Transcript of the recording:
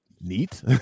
neat